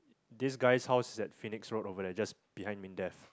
this guy's house is at Pheonix road over there just behind M_I_N_D_E_F